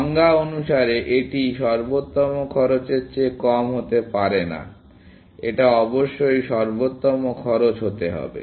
সংজ্ঞা অনুসারে এটি সর্বোত্তম খরচের চেয়ে কম হতে পারে না এটা অবশ্যই সর্বোত্তম খরচ হতে হবে